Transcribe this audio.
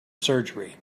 surgery